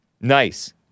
Nice